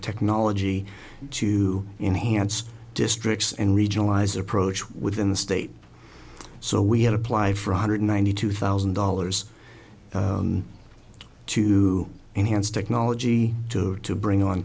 technology to enhanced districts and regionalize approach within the state so we had applied for one hundred ninety two thousand dollars to enhance technology to to bring on